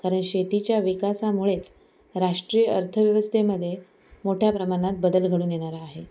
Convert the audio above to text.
कारण शेतीच्या विकासामुळेच राष्ट्रीय अर्थव्यवस्थेमध्ये मोठ्या प्रमाणात बदल घडून येणार आहे